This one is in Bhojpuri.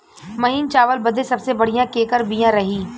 महीन चावल बदे सबसे बढ़िया केकर बिया रही?